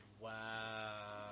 Wow